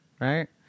Right